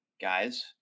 guys